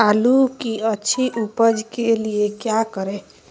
आलू की अच्छी उपज के लिए क्या करें?